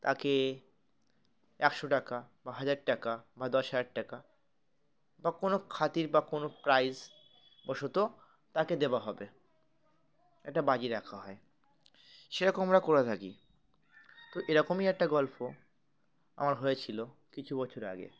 তাকে একশো টাকা বা হাজার টাকা বা দশ হাজার টাকা বা কোনো খাতির বা কোনো প্রাইজ বশত তাকে দেওয়া হবে এটা বাজি রাখা হয় সেরকম আমরা করে থাকি তো এরকমই একটা গল্প আমার হয়েছিল কিছু বছর আগে